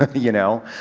ah you know.